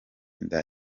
inda